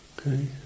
Okay